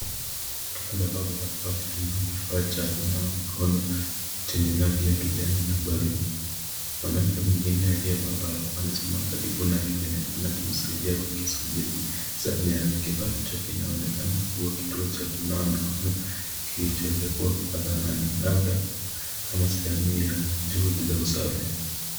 Mtoto amevaa barakoa akitumia kifaa cha kuna mikono chenye rangi ya kijani na buluu mwanamke mwingine aliyevaa barakoa anasimama karibu naye akionekana akimsaidia au kusubiri zamu yake ,kifaa hicho kinaonekana kuwa kituo cha kunawa mikono kilichowekwa hadharani labda kama sehemu ya juhudi za usafi.